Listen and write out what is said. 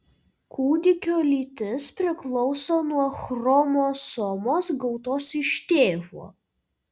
kūdikio lytis priklauso nuo chromosomos gautos iš tėvo